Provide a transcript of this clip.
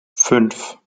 fünf